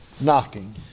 knocking